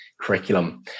curriculum